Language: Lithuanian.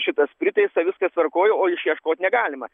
šitas priteista viskas tvarkoj o išieškot negalima